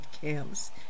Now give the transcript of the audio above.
camps